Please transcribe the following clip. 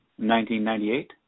1998